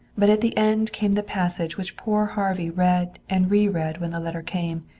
but at the end came the passage which poor harvey read and re-read when the letter came,